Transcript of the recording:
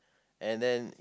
and then